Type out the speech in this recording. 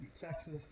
Texas